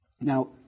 Now